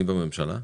תגיד, אני בממשלה?